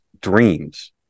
dreams